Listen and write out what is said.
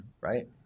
right